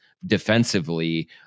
defensively